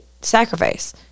sacrifice